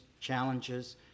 challenges